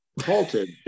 halted